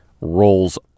rolls